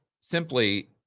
simply